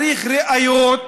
צריך ראיות,